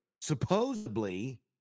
supposedly